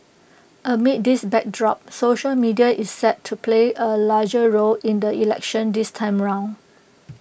amid this backdrop social media is set to play A larger role in the election this time around